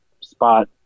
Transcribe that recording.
spot